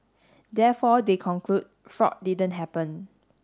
therefore they conclude fraud didn't happen